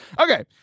Okay